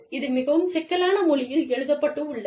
இது மிகவும் சிக்கலான மொழியில் எழுதப்பட்டுள்ளது